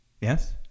yes